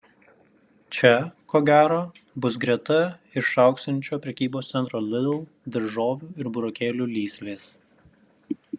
čia ko gero bus greta išaugsiančio prekybos centro lidl daržovių ir burokėlių lysvės